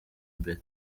imbere